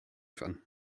fun